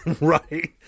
Right